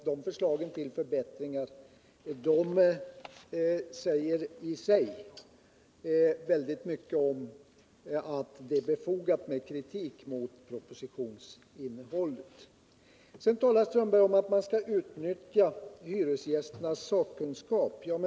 De förslagen till förbättringar säger väldigt mycket om att det är befogat med kritik mot propositionsinnehållet. Sedan talar Karl-Erik Strömberg om att man skall utnyttja hyresgästernas sakkunskap.